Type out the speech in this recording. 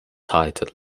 title